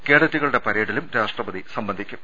കേഡറ്റുകളുടെ പരേഡിലും രാഷ്ട്രപതി സംബന്ധിക്കും